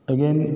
Again